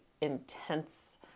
intense